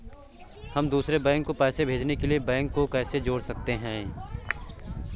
हम दूसरे बैंक को पैसे भेजने के लिए बैंक को कैसे जोड़ सकते हैं?